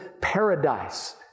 paradise